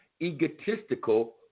egotistical